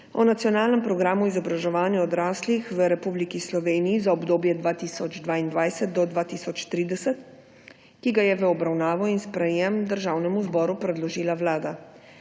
o nacionalnem programu izobraževanja odraslih v Republiki Slovenije za obdobje 2022−2030, ki ga je v obravnavo in sprejetje Državnemu zboru predložila Vlada.